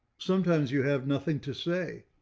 sometimes you have nothing to say.